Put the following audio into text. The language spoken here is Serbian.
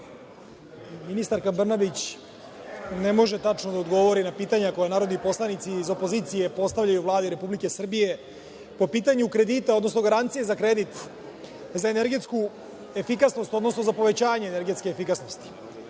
ministarka Brnabić ne može tačno da odgovori na pitanja koji narodni poslanici iz opozicije postavljaju Vladi Republike Srbije, po pitanju kredita, odnosno garancije za kredit za energetsku efikasnost, odnosno za povećanje energetske efikasnosti. Ono